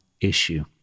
issue